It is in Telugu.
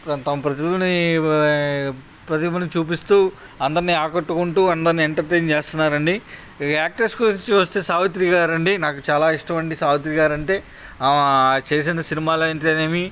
తమ ప్రతిభని ప్రతిభని చూపిస్తు అందరిని ఆకట్టుకొంటు అందరిని ఎంటర్టైన్ చేస్తన్నారండి యాక్ట్రస్ గురించి వస్తే సావిత్రి గారండి నాకు చాలా ఇష్టం అండి సావిత్రి గారు అంటే ఆమె చేసింది సినిమాలు అంటే నేమి